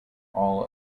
all